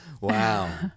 Wow